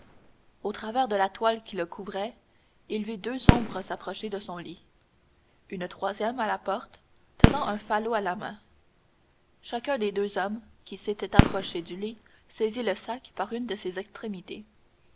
au travers de la toile qui le couvrait il vit deux ombres s'approcher de son lit une troisième à la porte tenant un falot à la main chacun des deux hommes qui s'étaient approchés du lit saisit le sac par une de ses extrémités